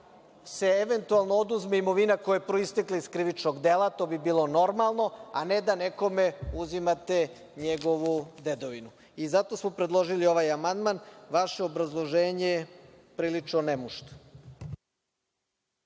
se eventualno oduzme imovina koja je proistekla iz krivičnog dela, to bi bilo normalno, a ne da nekome uzimate njegovu dedovinu. Zato smo predložili ovaj amandman. Vaše obrazloženje je prilično nemušto.